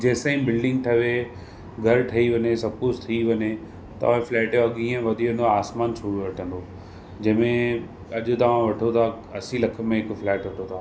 जेंसि ताईं बिल्डिंग ठहे घर ठही वञे सभु कुझु थी वञे तव्हांजे फ़्लैट इहो अघि वधी वेंदो आहे आसमान छुए वठंदो जंहिंमें अॼु तव्हां वठो था असीं लख में हिकु फ़्लैट वठो था